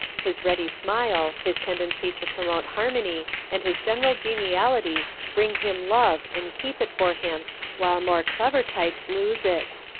his ready smile, his tendency to promote harmony and his general geniality bring him love and keep it for him while more clever types lose it.